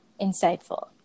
insightful